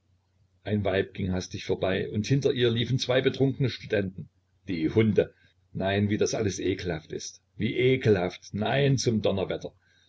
ein weib ging hastig vorbei und hinter ihr liefen zwei betrunkene studenten die hunde nein wie das alles ekelhaft ist wie ekelhaft nein zum donnerwetter